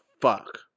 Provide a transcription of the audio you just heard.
fuck